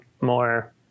more